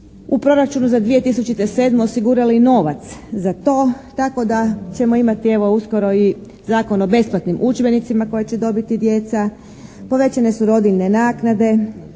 u proračunu za 2007. osigurali novac za to tako da ćemo imati evo uskoro i Zakon o besplatnim udžbenicima koje će dobiti djeca. Povećane su rodiljne naknade